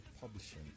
publishing